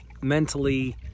mentally